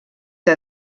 que